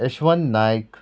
Yashwant Naik